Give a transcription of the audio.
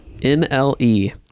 nle